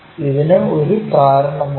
ഇതിന് ഒരു കാരണമുണ്ട്